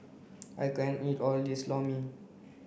I can't eat all of this lor mee